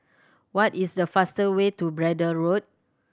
what is the fast way to Braddell Road